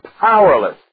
powerless